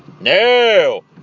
No